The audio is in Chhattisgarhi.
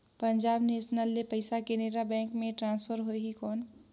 पंजाब नेशनल ले पइसा केनेरा बैंक मे ट्रांसफर होहि कौन?